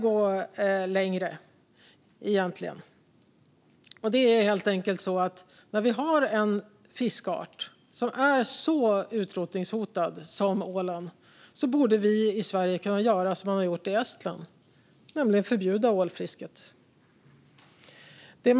Men jag skulle egentligen vilja gå längre. När vi har en fiskart som är så utrotningshotad som ålen borde vi i Sverige kunna göra som man har gjort i Estland: förbjuda ålfisket.